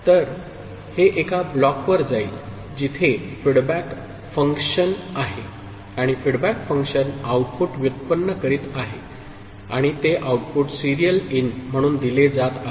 तर हे एका ब्लॉकवर जाईल जिथे फीडबॅक फंक्शन आहे आणि फीडबॅक फंक्शन आउटपुट व्युत्पन्न करीत आहे आणि ते आउटपुट सिरियल इन म्हणून दिले जात आहे